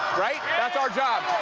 right? that's our job,